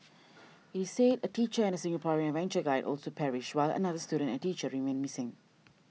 it said a teacher and a Singaporean adventure guide also perished while another student and a teacher remain missing